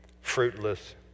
fruitless